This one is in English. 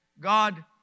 God